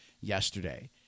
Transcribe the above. yesterday